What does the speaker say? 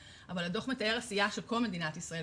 אותו אבל הדו"ח מתאר עשייה של כל מדינת ישראל,